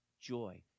joy